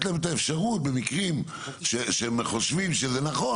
להם את האפשרות במקרים שהם חושבים שזה נכון,